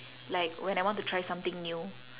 like when I want to try something new